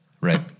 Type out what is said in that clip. Right